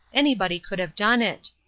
anybody could have done it.